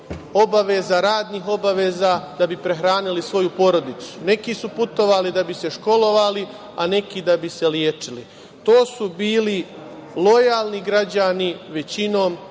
obaveza, radnih obaveza, da bi prehranili svoju porodicu. Neki su putovali da bi se školovali, a neki da bi se lečili. To su bili lojalni građani većinom